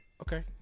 Okay